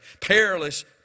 perilous